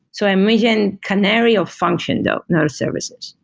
so imagine canary of function though, not services.